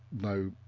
no